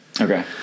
Okay